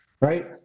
right